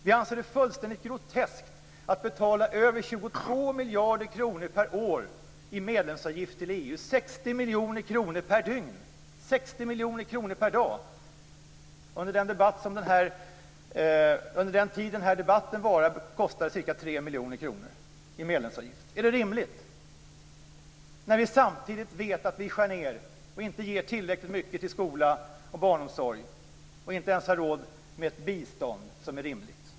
Vi anser att det är fullständigt groteskt att betala över 22 miljarder kronor per år i medlemsavgift till EU - 60 miljoner kronor per dag. Under den tid som den här debatten varar kostar det oss ca 3 miljoner kronor i medlemsavgift. Är det rimligt, när vi samtidigt vet att vi skär ned och inte ger tillräckligt mycket till skola och barnomsorg och inte ens har råd med ett bistånd som är rimligt?